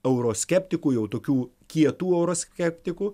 euroskeptikų jau tokių kietų euroskeptikų